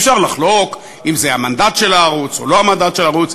אפשר לחלוק אם זה המנדט של הערוץ או לא המנדט של הערוץ,